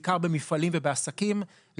בעיקר במפעלים ובעסקים,